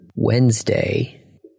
Wednesday